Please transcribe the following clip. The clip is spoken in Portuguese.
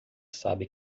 sabe